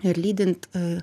ir lydint